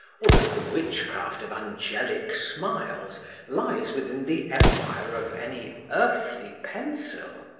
or that the witchcraft of angelic smiles lies within the empire of any earthly pencil.